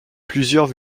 plusieurs